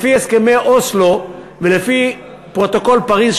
לפי הסכמי אוסלו ולפי פרוטוקול פריז,